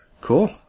Cool